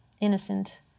innocent